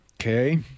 Okay